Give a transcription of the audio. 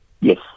Yes